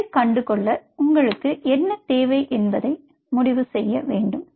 இதை கண்டுகொள்ள உங்களுக்கு என்ன தேவை என்பதை முடிவு செய்ய வேண்டும்